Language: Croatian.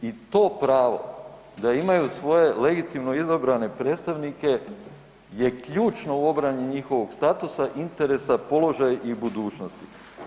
I to pravo da imaju svoje legitimno izabrane predstavnike je ključno u obrani njihovog statusa, interesa, položaja i budućnosti.